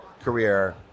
career